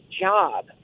job